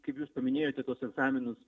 kaip jūs paminėjote tuos egzaminus